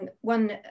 one